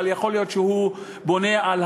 אבל יכול להיות שהוא בונה על